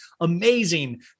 amazing